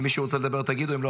אם מישהו רוצה לדבר תגידו לי.